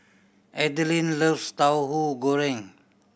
Adilene loves Tauhu Goreng